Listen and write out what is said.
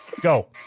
Go